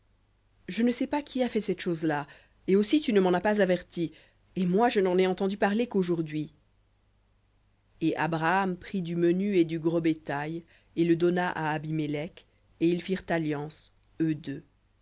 je ne sais pas qui a fait cette chose-là et aussi tu ne m'en as pas averti et moi je n'en ai entendu parler quaujourdhui et abraham prit du menu et du gros bétail et le donna à abimélec et ils firent alliance eux deux